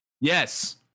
Yes